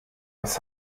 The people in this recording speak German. was